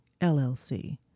llc